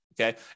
okay